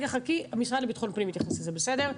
המשרד לביטחון פנים יתייחס לזה, בסדר?